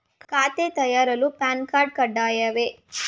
ಖಾತೆ ತೆರೆಯಲು PAN card ಕಡ್ಡಾಯವೇ?